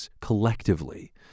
collectively